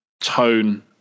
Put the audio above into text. tone